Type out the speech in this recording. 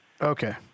Okay